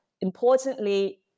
importantly